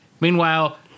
Meanwhile